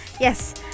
yes